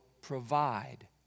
provide